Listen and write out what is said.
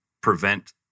prevent